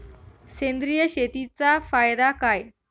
सेंद्रिय शेतीचा फायदा काय?